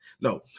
No